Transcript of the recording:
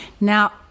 Now